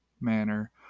manner